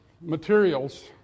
materials